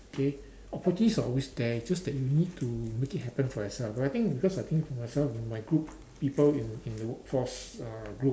K opportunities are always there it's just that you need to make it happen for yourself but I think because I think for myself and my group people in the in the workforce uh group